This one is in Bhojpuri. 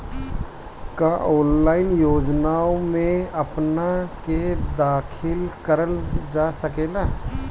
का ऑनलाइन योजनाओ में अपना के दाखिल करल जा सकेला?